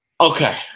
Okay